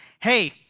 hey